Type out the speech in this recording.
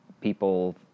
people